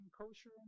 kosher